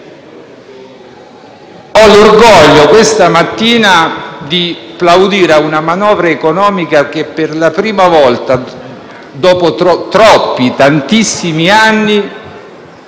Ho l'orgoglio questa mattina di plaudire una manovra economica che, per la prima volta, dopo tantissimi anni,